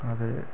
अदे